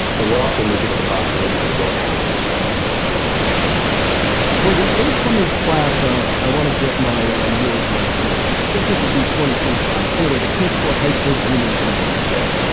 but we're also looking at the possibility that it won't happen as well and we'll we'll continue to do that for the incoming class of. i want to get my ah years right here. i think it would be twenty, twenty five anyway. the kids who are high school juniors now. yeah.